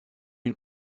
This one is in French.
une